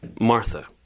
Martha